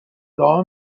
دعا